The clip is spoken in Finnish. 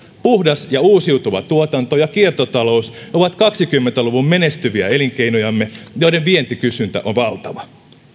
puhdas ja uusiutuva tuotanto ja kiertotalous ovat kaksikymmentä luvun menestyviä elinkeinojamme joiden vientikysyntä on valtava